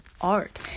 Art